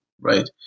Right